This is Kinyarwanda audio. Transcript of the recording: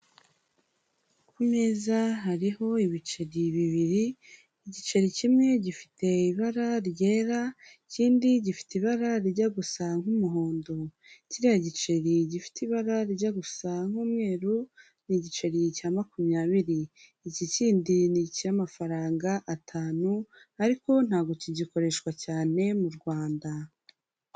Ku meza hariho ibiceri bibiri. Igiceri kimwe gifite ibara ryera, ikindi gifite ibara rijya gusa nk'umuhondo; kiriya giceri gifite ibara rijya gusa nk'umweru ni igiceri cya makumyabiri, iki kindi ni icy'amafaranga atanu, ariko ntabwo kigikoreshwa cyane mu Rwanda.